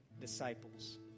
disciples